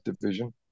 division